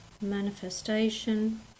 manifestation